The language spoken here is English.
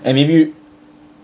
and maybe